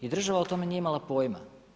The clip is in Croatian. I država o tome nije imala pojma.